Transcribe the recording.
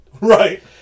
right